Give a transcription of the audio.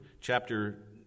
chapter